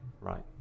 Right